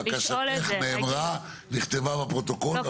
בקשתך נאמרה, נשמעה ונכתבה בפרוטוקול.